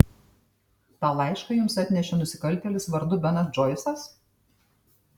tą laišką jums atnešė nusikaltėlis vardu benas džoisas